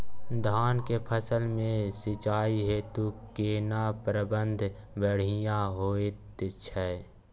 धान के फसल में सिंचाई हेतु केना प्रबंध बढ़िया होयत छै?